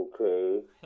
okay